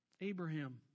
Abraham